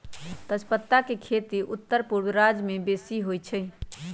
तजपत्ता के खेती उत्तरपूर्व राज्यमें बेशी होइ छइ